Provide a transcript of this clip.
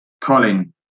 Colin